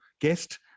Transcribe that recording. guest